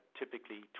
typically